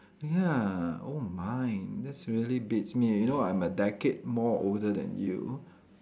ya oh my that's really beats me you know I'm a decade more older than you